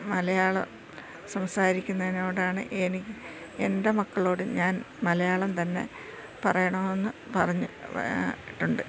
മലയാളം സംസാരിക്കുന്നതിനോടാണ് എനിക്ക് എൻ്റെ മക്കളോട് ഞാൻ മലയാളം തന്നെ പറയണമെന്ന് പറഞ്ഞിട്ടുണ്ട്